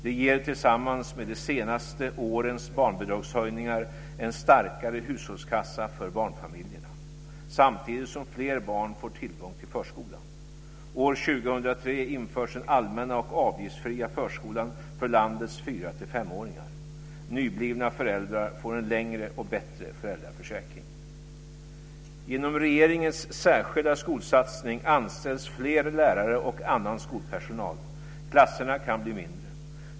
Det ger tillsammans med de senaste årens barnbidragshöjningar en starkare hushållskassa för barnfamiljerna, samtidigt som fler barn får tillgång till förskolan. År 2003 införs den allmänna och avgiftsfria förskolan för landets fyrafem-åringar. Nyblivna föräldrar får en längre och bättre föräldraförsäkring. Genom regeringens särskilda skolsatsning anställs fler lärare och annan skolpersonal. Klasserna kan bli mindre.